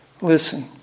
Listen